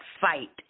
fight